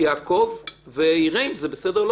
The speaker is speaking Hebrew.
שיעקוב ויראה אם זה בסדר לו.